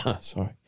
Sorry